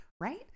Right